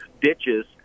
ditches